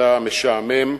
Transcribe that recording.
"אתה משעמם,